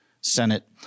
Senate